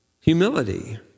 Humility